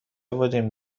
بودیم